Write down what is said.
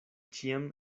ĉiam